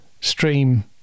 stream